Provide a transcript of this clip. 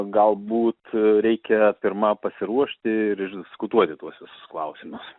galbūt reikia pirma pasiruošti ir išdiskutuoti tuos visus klausimus